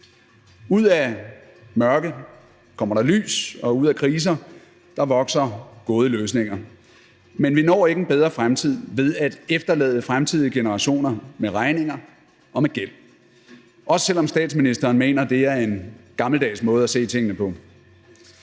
Ud af mørke kommer der lys, og ud af kriser vokser der gode løsninger, men vi når ikke en bedre fremtid ved at efterlade fremtidige generationer med regninger og med gæld, også selv om statsministeren mener, at det er en gammeldags måde at se tingene på.